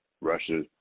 Russia